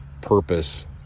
purpose